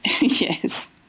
Yes